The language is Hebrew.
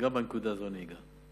אני אגע.